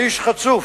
האיש חצוף.